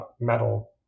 metal